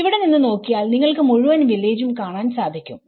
ഇവിടെ നിന്ന് നോക്കിയാൽ നിങ്ങൾക്ക് മുഴുവൻ വില്ലേജും കാണാൻ സാധിക്കും